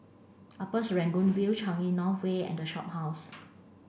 Upper Serangoon View Changi North Way and The Shophouse